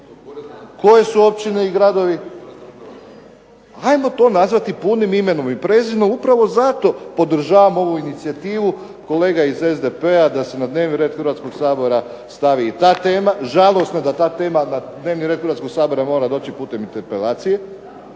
koje su općine i gradovi. Ajmo to nazvati punim imenom i prezimenom, upravo zato podržavam ovu inicijativu kolega iz SDP-a da se na dnevni red Hrvatskog sabora stavi i ta tema. Žalosno da ta tema na dnevni red Hrvatskog sabora mora doći putem interpelacije,